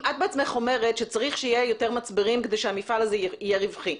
את בעצמך אומרת שצריך שיהיו יותר מצברים כדי שהמפעל הזה יהיה רווחי.